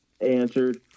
answered